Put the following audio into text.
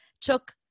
took